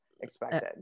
expected